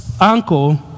uncle